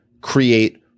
create